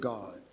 God